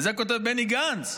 וזה כותב בני גנץ,